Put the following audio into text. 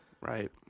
Right